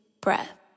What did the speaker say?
breath